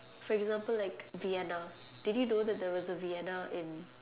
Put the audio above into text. for example like Vienna did you know there was a Vienna in